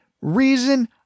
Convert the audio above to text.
reason